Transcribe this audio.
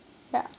ya